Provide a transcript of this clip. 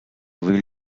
wheel